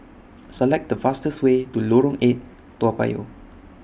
Select The fastest Way to Lorong eight Toa Payoh